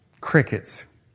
Crickets